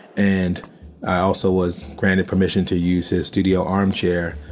and i also was granted permission to use his studio arm chair.